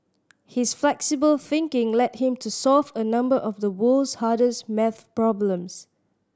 his flexible thinking led him to solve a number of the world's hardest maths problems